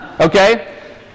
Okay